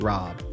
Rob